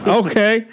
okay